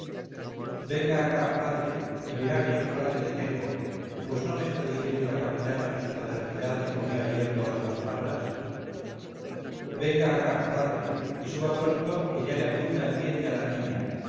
venga acá padre y verá qué chocolate le tengo pues no me está diciendo la capitana que su paternidad le comió ayer todas las magras venga acá padre y suba pronto que ya le apunta el diente a la niña